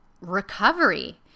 recovery